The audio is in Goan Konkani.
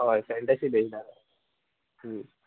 हय फेन्टेसी बेज्ड आहा